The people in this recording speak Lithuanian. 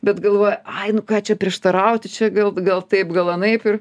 bet galvoja ai nu ką čia prieštarauti čia gal gal taip gal anaip ir